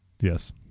Yes